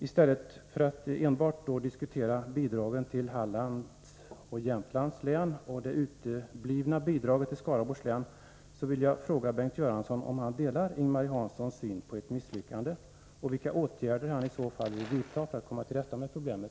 Istället för att enbart diskutera bidraget till Hallands län och Jämtlands län och det uteblivna bidraget till Skaraborgs län vill jag fråga om Bengt Göransson delar Ing-Marie Hanssons syn på misslyckande och vilka åtgärder han i så fall vill vidta för att komma till rätta med problemet.